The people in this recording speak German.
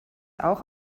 auch